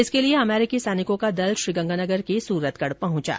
इसके लिए अमेरिकी सैनिकों का दल श्रीगंगानगर के सुरतगढ पहच गया है